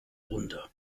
runter